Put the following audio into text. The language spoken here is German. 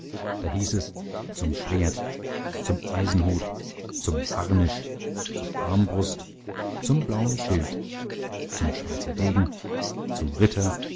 da hieß es zum schwert zum eisenhut zum harnisch zur armbrust zum blauen schild zum schweizerdegen zum ritter